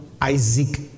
Isaac